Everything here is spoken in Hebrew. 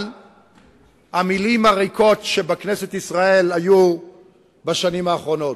המלים הריקות שהיו בכנסת ישראל בשנים האחרונות.